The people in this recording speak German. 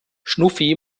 schnuffi